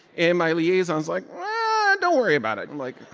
and my liaison's like, and don't worry about it. i'm like,